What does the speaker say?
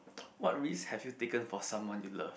what risk have you taken for someone you love